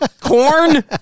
corn